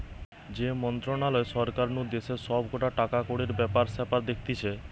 যে মন্ত্রণালয় সরকার নু দেশের সব কটা টাকাকড়ির ব্যাপার স্যাপার দেখতিছে